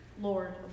Lord